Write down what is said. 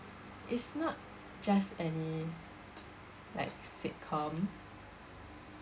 it's not just any like sitcom